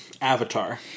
Avatar